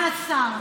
סגן השר,